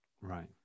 Right